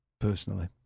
personally